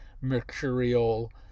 mercurial